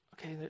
okay